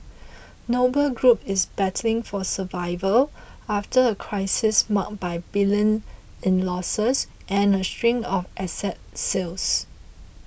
Noble Group is battling for survival after a crisis marked by billions in losses and a string of asset sales